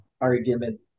argument